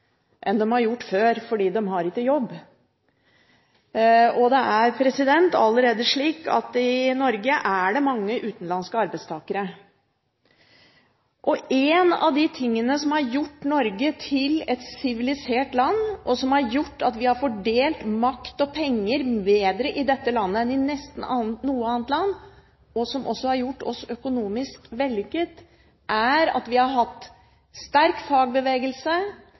enn de har gjort før, fordi de ikke har jobb. Det er allerede slik i Norge at det er mange utenlandske arbeidstakere. En av de tingene som har gjort Norge til et sivilisert land, og som har gjort at vi har fordelt makt og penger bedre i dette landet enn det man har gjort i nesten noe annet land, og som også har gjort oss økonomisk vellykket, er at vi har hatt en sterk fagbevegelse,